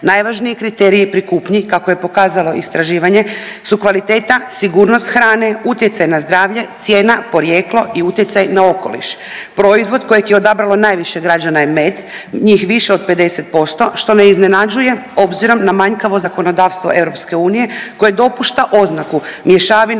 Najvažnije kriterije pri kupnji kako je pokazalo istraživanje su kvaliteta, sigurnost hrane, utjecaj na zdravlje, cijena, porijeklo i utjecaj na okoliš. Proizvod kojeg je odabralo najviše građana je med, njih više od 50%, što ne iznenađuje obzirom na manjkavo zakonodavstvo EU koje dopušta oznaku „mješavina